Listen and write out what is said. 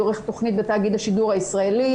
עורכת תוכנית בתאגיד השידור הישראלי.